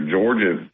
Georgia